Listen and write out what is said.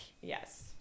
Yes